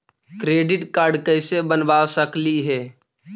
Credit card कैसे बनबा सकली हे?